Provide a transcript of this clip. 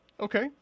okay